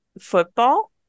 football